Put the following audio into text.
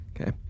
Okay